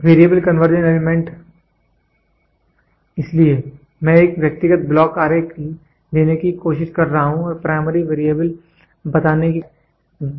variable conversion element इसलिए मैं एक व्यक्तिगत ब्लॉक आरेख लेने की कोशिश कर रहा हूं और प्राइमरी वेरिएबल बताने की कोशिश कर रहा हूं